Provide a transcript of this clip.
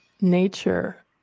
nature